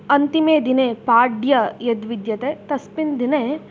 अन्तिमे दिने पाड्य यद्विद्यते तस्मिन् दिने